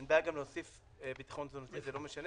אין בעיה גם להוסיף ביטחון תזונתי זה לא משנה.